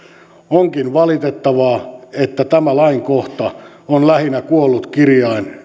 onkin valitettavaa että tämä lainkohta on lähinnä kuollut kirjain